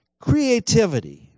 Creativity